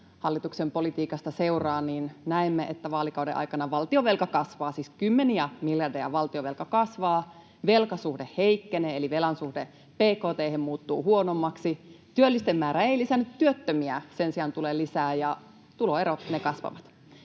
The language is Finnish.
hallituksen politiikasta seuraa, niin näemme, että vaalikauden aikana valtionvelka kasvaa — siis kymmeniä miljardeja valtionvelka kasvaa — velkasuhde heikkenee eli velan suhde bkt:hen muuttuu huonommaksi, työllisten määrä ei lisäänny, työttömiä sen sijaan tulee lisää ja tuloerot kasvavat.